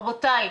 רבותיי,